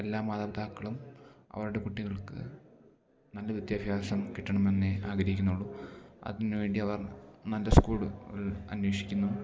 എല്ലാ മാതാപിതാക്കളും അവരുടെ കുട്ടികൾക്ക് നല്ല വിദ്യാഭ്യാസം കിട്ടണമെന്നെ ആഗ്രഹിക്കുന്നുള്ളൂ അതിന് വേണ്ടി അവർ നല്ല സ്കൂള്കൾ അന്വേഷിക്കുന്നു